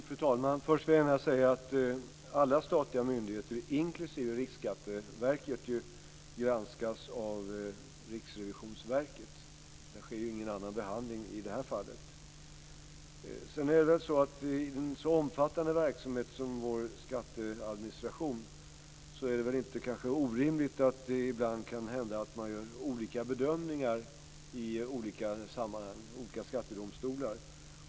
Fru talman! Först skulle jag vilja säga att alla statliga myndigheter, inklusive Riksskatteverket, granskas av Riksrevisionsverket. Det sker ingen annan behandling i det här fallet. I en så omfattande verksamhet som vår skatteadministration är det kanske inte orimligt att det ibland kan hända att man gör olika bedömningar i olika skattedomstolar.